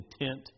intent